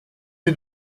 sie